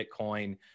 Bitcoin